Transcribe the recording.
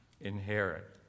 inherit